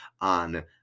on